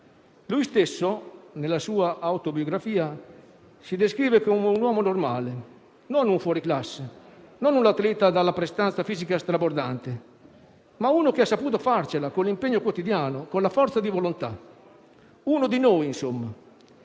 lui stesso nella sua autobiografia si descrive come un uomo normale; non un fuoriclasse, non un atleta dalla prestanza fisica strabordante, ma uno che ha saputo farcela con l'impegno quotidiano e con la forza di volontà: uno di noi insomma.